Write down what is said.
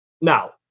Now